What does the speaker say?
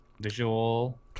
Visual